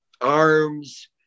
arms